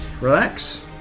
relax